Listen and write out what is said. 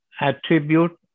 attribute